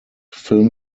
film